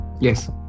Yes